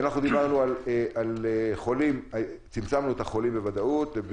צמצמנו את החולים בוודאות,